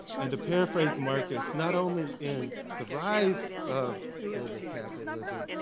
and to paraphrase marcus, not only in the rise of global capitalism,